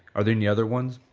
are there any other ones?